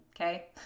okay